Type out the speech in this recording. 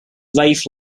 wife